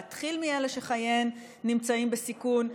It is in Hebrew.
להתחיל מאלה שחייהן נמצאים בסיכון,